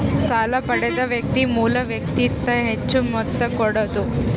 ಸಾಲ ಪಡೆದ ವ್ಯಕ್ತಿ ಮೂಲ ಮೊತ್ತಕ್ಕಿಂತ ಹೆಚ್ಹು ಮೊತ್ತ ಕೊಡೋದು